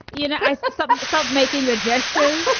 you know, i so so start making the gestures.